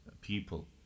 people